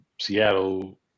Seattle